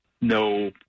no